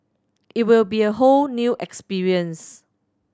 it will be a whole new experience